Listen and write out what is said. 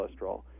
cholesterol